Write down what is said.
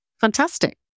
fantastic